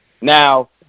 Now